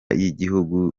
y’igihugu